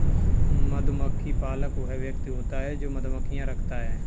मधुमक्खी पालक वह व्यक्ति होता है जो मधुमक्खियां रखता है